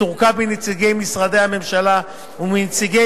שתורכב מנציגי משרדי הממשלה ומנציגי